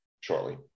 shortly